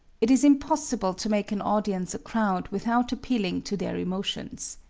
it is impossible to make an audience a crowd without appealing to their emotions.